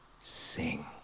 sing